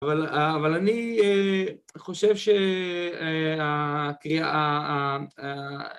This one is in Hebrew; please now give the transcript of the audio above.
אבל אני חושב שהקריאה...